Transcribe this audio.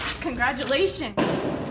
Congratulations